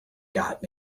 got